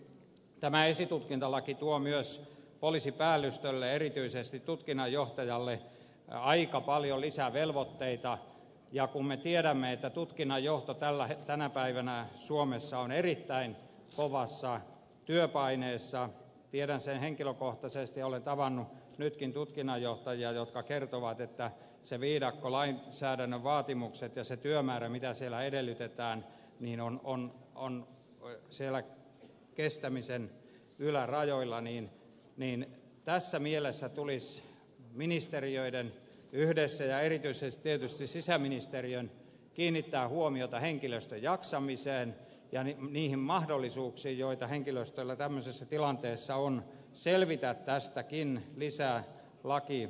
kun tämä esitutkintalaki tuo myös poliisipäällystölle erityisesti tutkinnanjohtajalle aika paljon lisävelvoitteita ja kun me tiedämme että tutkinnanjohto tänä päivänä suomessa on erittäin kovassa työpaineessa tiedän sen henkilökohtaisesti ja olen tavannut nytkin tutkinnanjohtajia jotka kertovat että se viidakko lainsäädännön vaatimukset ja se työmäärä mitä siellä edellytetään on siellä kestämisen ylärajoilla niin tässä mielessä tulisi ministeriöiden yhdessä ja erityisesti tietysti sisäministeriön kiinnittää huomiota henkilöstön jaksamiseen ja niihin mahdollisuuksiin joita henkilöstöllä tämmöisessä tilanteessa on selvitä tästäkin lisälakipaketista